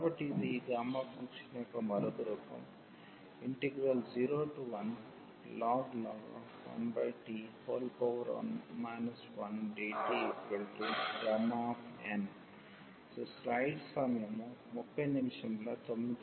కాబట్టి ఇది ఈ గామా ఫంక్షన్ యొక్క మరొక రూపం 01ln 1t n 1dtΓ